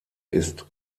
ist